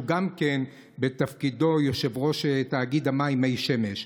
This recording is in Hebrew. שהוא גם כן בתפקידו יושב-ראש תאגיד המים מי-שמש.